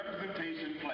Representation